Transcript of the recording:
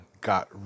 got